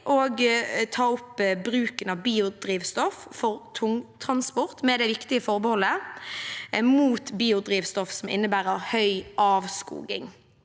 å ta opp bruken av biodrivstoff for tungtransport med det viktige forbeholdet om biodrivstoff som innebærer høy avskoging.